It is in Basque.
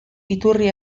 iturri